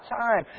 time